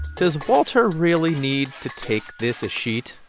does walter really need to take this escheat?